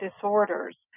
disorders